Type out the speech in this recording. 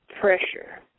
pressure